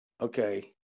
okay